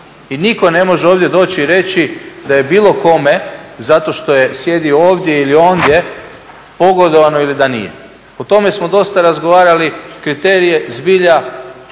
I nitko ne može ovdje doći i reći da je bilo kome zato što je sjedio ovdje ili ondje pogodovano ili da nije. O tome smo dosta razgovarali, kriterije zbilja,